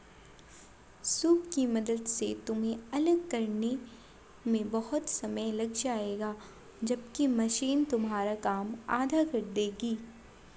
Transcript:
soup की मदद से तुम्हें अलग करने में बहुत समय लग जाएगा जबकि मशीन तुम्हारा काम आधा कर देगी